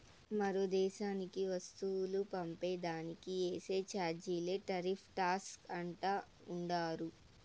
మరో దేశానికి వస్తువులు పంపే దానికి ఏసే చార్జీలే టార్రిఫ్ టాక్స్ అంటా ఉండారు